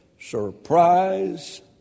surprise